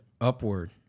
upward